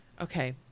Okay